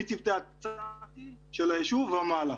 מצוותי ה- -- של היישוב ומעלה.